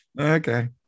okay